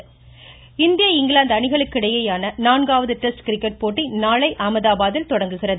cricket இந்திய England அணிகளுக்கு இடையேயான நான்காவது டெஸ்ட் கிரிக்கெட் போட்டி நாளை அஹமதாபாதில் தொடங்குகிறது